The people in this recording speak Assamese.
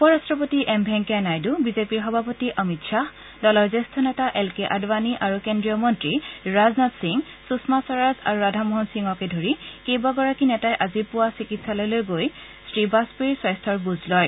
উপ ৰাট্টপতি এম ভেংকায়া নাইডু বিজেপিৰ সভাপতি অমিত শ্বাহ দলৰ জ্যেষ্ঠ নেতা এল কে আদৱানি আৰু কেন্দ্ৰীয় মন্ত্ৰী ৰাজনাথ সিং সুষমা স্বৰাজ আৰু ৰাধামোহন সিঙকে ধৰি কেইবাগৰাকী নেতাই আজি পুৱা চিকিৎসালয়লৈ গৈ শ্ৰী বাজপেয়ীৰ স্বাস্থাৰ বুজ লয়